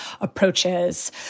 approaches